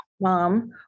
mom